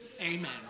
Amen